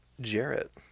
Jarrett